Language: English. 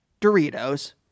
Doritos